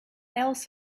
else